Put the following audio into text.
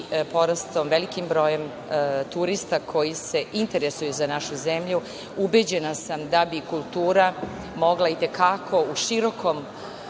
porastom velikog broja turista koji se interesuju za našu zemlju ubeđena sam da bi kultura mogla itekako u širokom